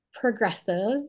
progressive